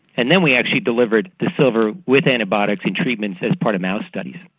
and then we actually delivered the silver with antibiotics in treatments as part of mouse studies.